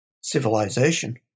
civilization